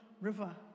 River